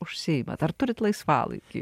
užsiimat ar turite laisvalaikį